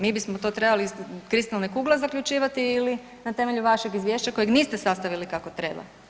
Mi bismo to trebali iz kristalne kugle zaključivati ili na temelju vašeg izvješća kojeg niste sastavili kako treba?